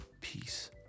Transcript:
Peace